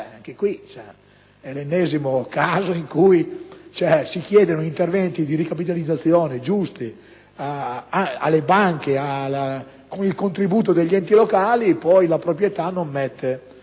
cui abbiamo l'ennesimo caso in cui si chiedono intervenenti giusti di ricapitalizzazione alle banche, con il contributo degli enti locali, e poi la proprietà non mette